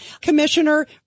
Commissioner